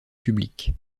publique